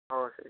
ହଁ ସାର୍